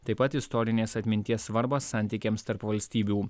taip pat istorinės atminties svarbą santykiams tarp valstybių